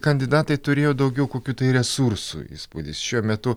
kandidatai turėjo daugiau kokių resursų įspūdis šiuo metu